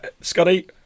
Scotty